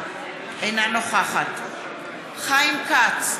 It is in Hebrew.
אינה נוכחת חיים כץ,